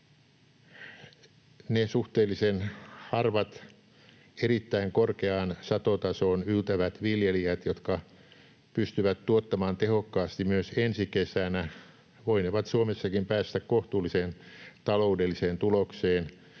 Ne suhteellisen harvat erittäin korkeaan satotasoon yltävät viljelijät, jotka pystyvät tuottamaan tehokkaasti myös ensi kesänä, voinevat Suomessakin päästä kohtuulliseen taloudelliseen tulokseen